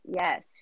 Yes